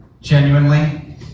genuinely